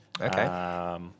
Okay